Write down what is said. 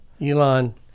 Elon